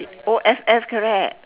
O F F correct